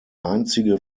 einzige